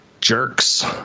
jerks